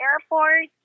airport